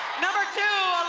number two,